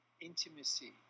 intimacy